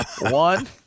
One